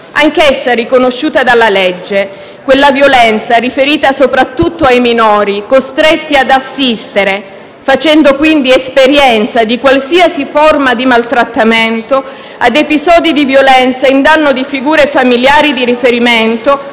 anch'essa riconosciuta dalla legge, riferita soprattutto ai minori costretti ad assistere, facendo quindi esperienza di qualsiasi forma di maltrattamento, a episodi di violenza in danno di figure familiari di riferimento